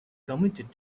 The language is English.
committed